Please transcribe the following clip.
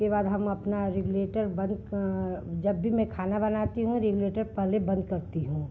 उसके बाद हम अपना रेगुलेटर बंद जब भी मैं खाना बनाती हुँ रेगुलेटर पहले बंद करती हूँ